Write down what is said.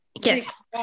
Yes